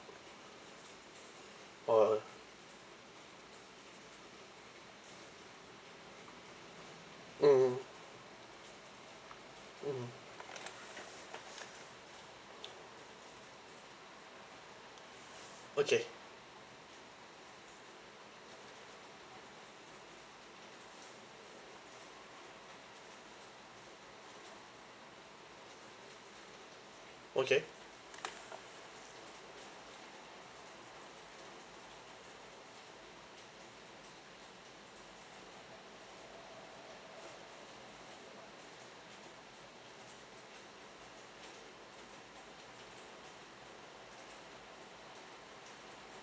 oh mm mm okay okay